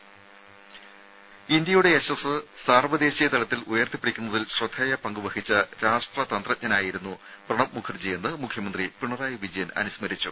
രെര തലത്തിൽ ഇന്ത്യയുടെ സാർവദേശീയ യശസ് ഉയർത്തിപ്പിടിക്കുന്നതിൽ ശ്രദ്ധേയ പങ്കുവഹിച്ച രാഷ്ട്രതന്ത്രജ്ഞനായിരുന്നു പ്രണബ് മുഖർജിയെന്ന് മുഖ്യമന്ത്രി പിണറായി വിജയൻ അനുസ്മരിച്ചു